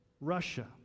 Russia